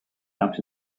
out